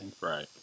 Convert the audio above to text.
Right